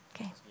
Okay